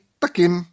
takin